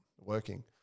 working